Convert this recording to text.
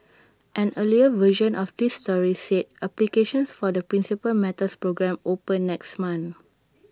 an earlier version of this story said applications for the Principal Matters programme open next month